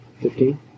fifteen